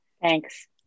Thanks